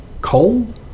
coal